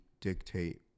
dictate